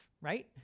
right